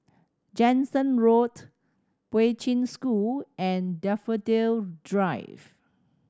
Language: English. Jansen Road Poi Ching School and Daffodil Drive